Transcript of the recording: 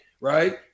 right